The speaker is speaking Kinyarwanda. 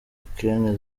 ukraine